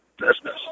business